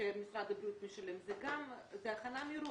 שמשרד הבריאות משלם זה הכנה מראש.